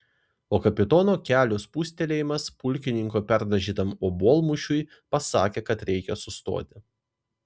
o kapitono kelių spustelėjimas pulkininko perdažytam obuolmušiui pasakė kad reikia sustoti